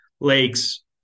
lakes